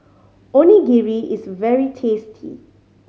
onigiri is very tasty